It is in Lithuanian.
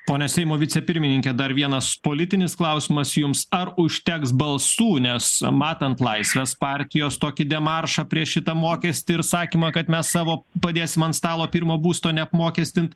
pone seimo vicepirmininke dar vienas politinis klausimas jums ar užteks balsų nes matant laisvės partijos tokį demaršą prieš šitą mokestį ir sakymą kad mes savo padėsim an stalo pirmo būsto neapmokestint